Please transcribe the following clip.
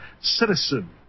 citizen